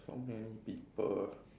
so many people